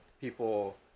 people